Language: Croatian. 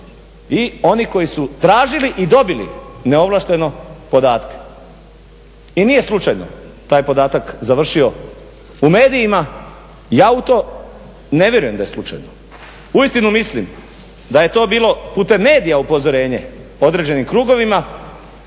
i oni koji su tražili i dobili neovlašteno podatke, i nije slučajno taj podatak završio u medijima, ja u to ne vjerujem da je slučajno, uistinu mislim da je to bilo putem medija upozorenje u određenim krugovima